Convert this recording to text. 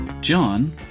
John